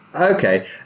Okay